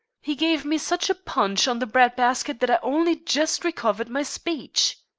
he gave me such a punch on the bread-basket that i've only just recovered my speech.